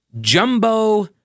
Jumbo